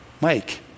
Mike